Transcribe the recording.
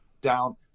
down